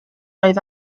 oedd